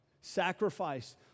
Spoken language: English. Sacrifice